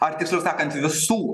ar tiksliau sakant visų